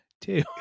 two